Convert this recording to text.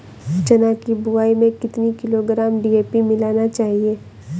चना की बुवाई में कितनी किलोग्राम डी.ए.पी मिलाना चाहिए?